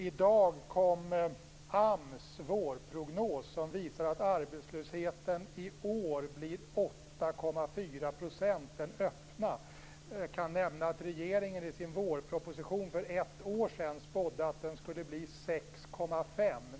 I dag kom AMS vårprognos som visar att den öppna arbetslösheten i år blir 8,4 %. Jag kan nämna att regeringen i sin vårproposition för ett år sedan spådde att den skulle bli 6,5 %.